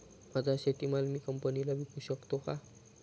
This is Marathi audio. माझा शेतीमाल मी कंपनीला विकू शकतो का?